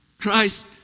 Christ